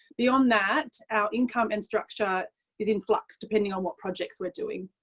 beyond that our income and structure is influxed depending on what projects we are doing.